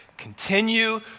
Continue